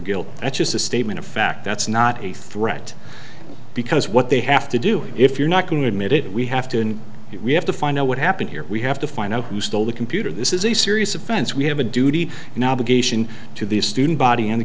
guilt that's just a statement of fact that's not a threat because what they have to do if you're not going admit it we have to rehab to find out what happened here we have to find out who stole the computer this is a serious offense we have a duty and obligation to the student body and the